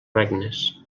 regnes